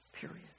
Period